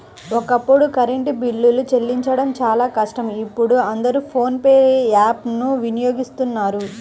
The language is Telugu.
ఒకప్పుడు కరెంటు బిల్లులు చెల్లించడం చాలా కష్టం ఇప్పుడు అందరూ ఫోన్ పే యాప్ ను వినియోగిస్తున్నారు